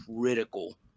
critical